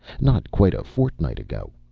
not quite a fortnight ago.